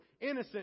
innocent